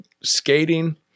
skating